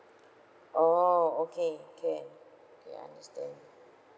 oh okay can K understand